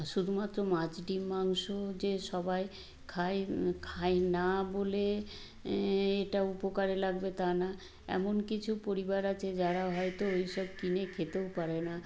শুধুমাত্র মাছ ডিম মাংস যে সবাই খায় খায় না বলে এটা উপকারে লাগবে তা না এমন কিছু পরিবার আছে যারা হয়তো ওই সব কিনে খেতেও পারে না